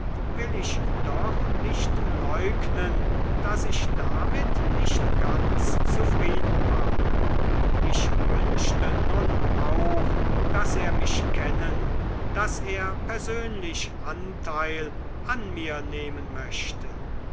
will ich doch nicht leugnen daß ich damit nicht ganz zufrieden war ich wünschte nun auch daß er mich kennen daß er persönlich anteil an mir nehmen möchte